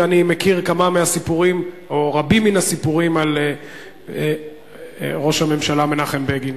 ואני מכיר רבים מן הסיפורים על ראש הממשלה מנחם בגין.